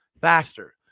faster